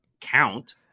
count